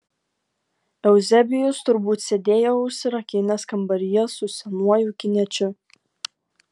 euzebijus turbūt sėdėjo užsirakinęs kambaryje su senuoju kiniečiu